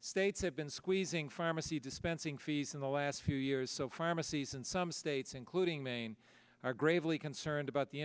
states have been squeezing pharmacy dispensing fees in the last few years so pharmacies in some states including maine are gravely concerned about the